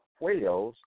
whales